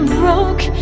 broke